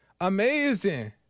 Amazing